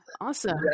Awesome